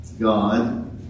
God